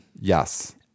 Yes